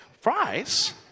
fries